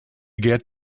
get